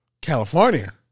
California